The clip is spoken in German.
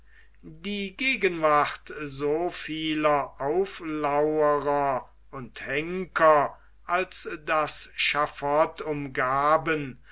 die gegenwart so vieler auflaurer und henker als das schaffot umgaben